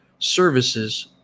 services